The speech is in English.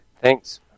Thanks